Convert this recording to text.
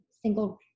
single